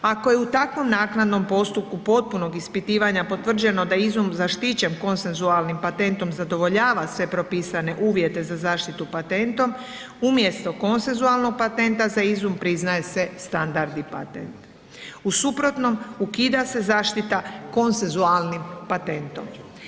Ako je u takvom naknadnom postupku potpunog ispitivanja potvrđeno da je izum zaštićen konsensualnim patentom zadovoljava sve propisane uvjete za zaštitu patentom, umjesto konsensualnog patenta za izum priznaje se standardi patent, u suprotnom ukida se zaštita konsensualnim patentom.